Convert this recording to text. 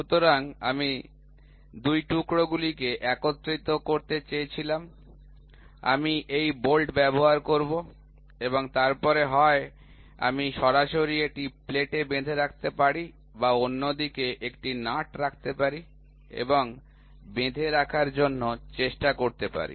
সুতরাং আমি ২ টুকরোগুলি একত্রিত করতে চেয়েছিলাম আমি এই বল্ট ব্যবহার করব এবং তারপরে হয় আমি সরাসরি এটি প্লেটে বেঁধে রাখতে পারি বা অন্যদিকে একটি নাট রাখতে পারি এবং বেঁধে রাখার জন্য চেষ্টা করতে পারি